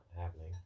happening